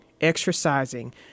exercising